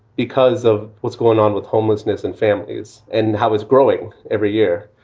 because of what's going on with homelessness and families and how is growing every year.